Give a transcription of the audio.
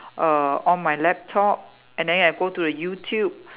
uh on my laptop and then I'll go to the YouTube